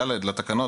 ד׳ לתקנון,